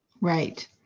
Right